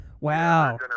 Wow